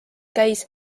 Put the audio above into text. käis